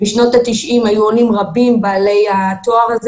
בשנות ה-90 היו עולים רבים בעלי התואר הזה